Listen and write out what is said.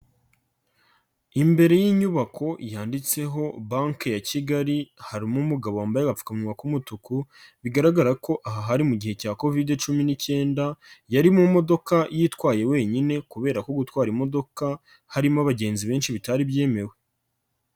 Imbere y'inyubako yanditseho Banki ya Kigali harimo umugabo wambaye agapfukamuwa k'umutuku, bigaragara ko aha hari mu gihe cya Kovide cumi n'icyenda, yari mu modoka yitwaye wenyine kubera ko gutwara imodoka harimo abagenzi benshi bitari byemewe.